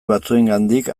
batzuengandik